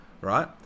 right